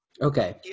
Okay